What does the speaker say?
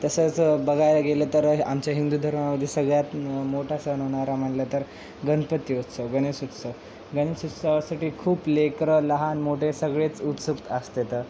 तसंच बघायला गेलं तर आमच्या हिंदू धर्मामध्ये सगळ्यात मोठा सण होना म्हणलं तर गणपती उत्सव गणेश उत्सव गणेश उत्सवासाठी खूप लेकरं लहान मोठे सगळेच उत्सुक असतात